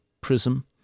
prism